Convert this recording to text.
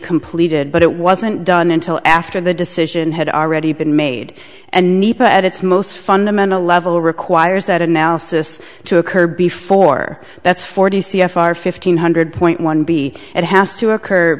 completed but it wasn't done until after the decision had already been made and nepa at its most fundamental level requires that analysis to occur before that's forty c f r fifteen hundred point one b it has to occur